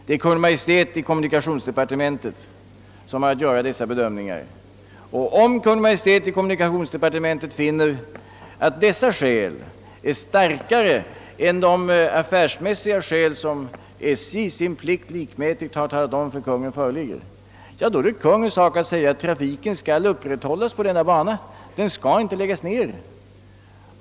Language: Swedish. Det är Kungl. Maj:t i kommunikationsdepartementet som har att göra dessa bedömningar. Och om Kungl, Maj:t i kommunikationsdepartementet finner att dessa skäl är starkare än de affärsmässiga skäl som SJ sin plikt likmätigt har redovisat för Kungl. Maj:t, är det Kungl. Maj:ts sak att bestämma att trafiken skall upprätthållas på ifrågavarande bana och inte läggas ned.